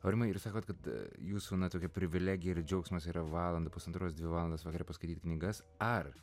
aurimai jūs sakot kad jūsų na tokia privilegija ir džiaugsmas yra valandą pusantros dvi valandas vakare paskaityt knygas ar